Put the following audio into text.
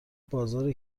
بازار